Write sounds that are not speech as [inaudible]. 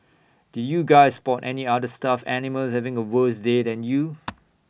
did you guys spot any other stuffed animals having A worse day than you [noise]